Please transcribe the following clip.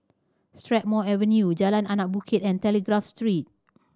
Strathmore Avenue Jalan Anak Bukit and Telegraph Street